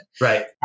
Right